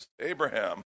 Abraham